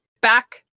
back